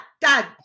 dad